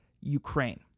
Ukraine